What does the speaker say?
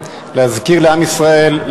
להזכיר לעם ישראל,